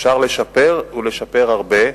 אפשר לשפר ולשפר הרבה.